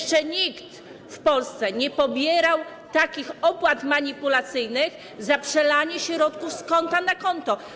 Jeszcze nikt w Polsce nie pobierał takich opłat manipulacyjnych za przelanie środków z konta na konto.